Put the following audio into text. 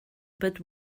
but